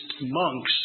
monks